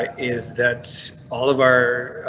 ah is that all of our.